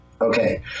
Okay